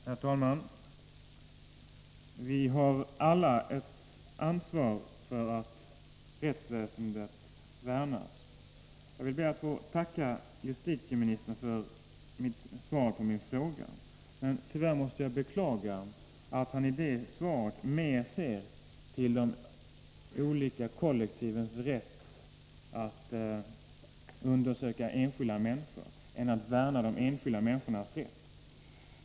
Herr talman! Vi har alla ett ansvar för att rättsväsendet värnas. Jag ber att få tacka justitieministern för svaret på min fråga, men jag måste beklaga att han i det svaret mer ser till de olika kollektivens rätt att undersöka enskilda människors förhållanden än till värnet om de enskilda människornas rätt.